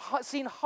seen